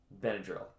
Benadryl